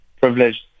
privileged